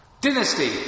Dynasty